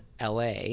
LA